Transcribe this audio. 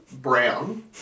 Brown